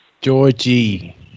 Georgie